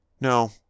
No